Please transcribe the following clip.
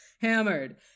Hammered